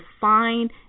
find